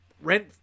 rent